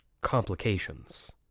complications